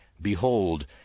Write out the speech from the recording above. behold